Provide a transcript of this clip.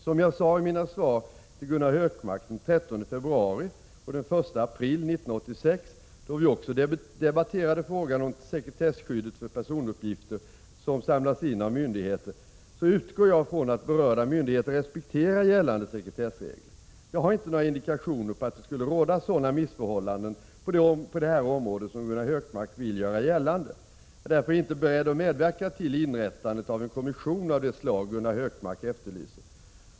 Som jag sade i mina svar till Gunnar Hökmark den 13 februari och den 1 april 1986, då vi också debatterade frågan om sekretesskyddet för personuppgifter som insamlats av myndigheter, utgår jag från att berörda myndigheter respekterar gällande sekretessregler. Jag har inte några indikationer på att det skulle råda sådana missförhållanden på detta område som Gunnar Hökmark vill göra gällande. Jag är därför inte beredd att medverka till inrättandet av en kommission av det slag Gunnar Hökmark efterlyser.